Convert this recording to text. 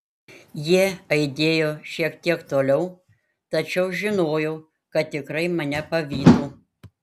jie aidėjo šiek tiek toliau tačiau žinojau kad tikrai mane pavytų